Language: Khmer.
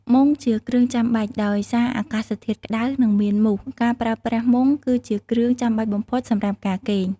មុងជាគ្រឿងចាំបាច់ ដោយសារអាកាសធាតុក្តៅ និងមានមូស ការប្រើប្រាស់ មុង គឺជាគ្រឿងចាំបាច់បំផុតសម្រាប់ការគេង។